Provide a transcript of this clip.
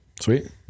sweet